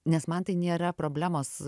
nes man tai nėra problemos